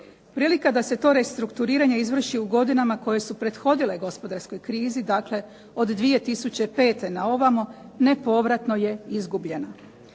Prilika da se to restrukturiranje izvrši u godinama koje su prethodile gospodarskoj krizi, dakle od 2005. na ovamo, nepovratno je izgubljena.